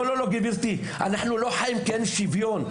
לא גברתי, כי אין שוויון.